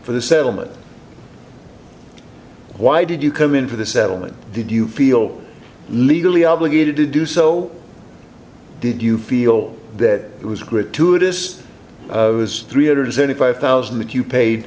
for the settlement why did you come into the settlement did you feel legally obligated to do so d did you feel that it was gratuitous three hundred and seventy five thousand dollars that you paid